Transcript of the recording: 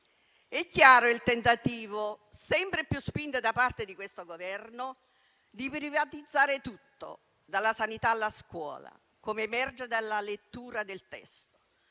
È chiaro il tentativo, sempre più spinto da parte di questo Governo, di privatizzare tutto, dalla sanità alla scuola, come emerge dalla lettura del testo.